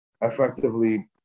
effectively